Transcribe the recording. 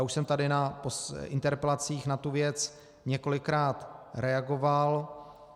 Už jsem tady na interpelacích na tu věc několikrát reagoval.